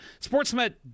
SportsNet